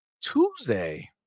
Tuesday